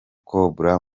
cobra